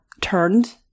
turned